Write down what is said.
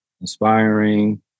inspiring